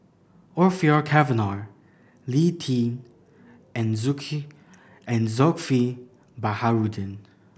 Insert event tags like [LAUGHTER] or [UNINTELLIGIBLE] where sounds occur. Orfeur Cavenagh Lee Tjin and [UNINTELLIGIBLE] and Zulkifli Baharudin